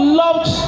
loved